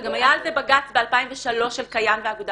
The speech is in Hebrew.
וגם היה על זה בג"ץ ב-2003 של קיים והאגודה